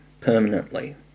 permanently